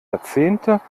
jahrzehntelange